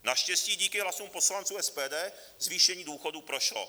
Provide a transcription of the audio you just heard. Naštěstí díky hlasům poslanců SPD zvýšení důchodů prošlo.